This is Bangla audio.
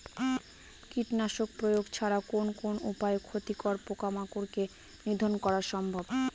কীটনাশক প্রয়োগ ছাড়া কোন কোন উপায়ে ক্ষতিকর পোকামাকড় কে নিধন করা সম্ভব?